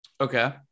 okay